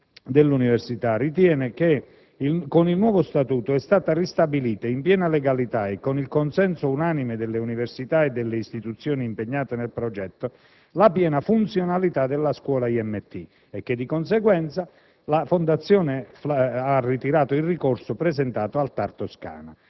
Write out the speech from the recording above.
della ricerca risponde che, con il nuovo Statuto, è stata ristabilita - in piena legalità e con il consenso unanime delle università e delle istituzioni impegnate nel progetto - la completa funzionalità della Scuola IMT e che, di conseguenza, la Fondazione ha ritirato il ricorso presentato al TAR della Toscana.